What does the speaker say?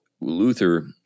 Luther